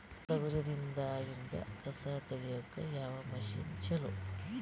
ತೊಗರಿ ದಾಗಿಂದ ಕಸಾ ತಗಿಯಕ ಯಾವ ಮಷಿನ್ ಚಲೋ?